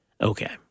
Okay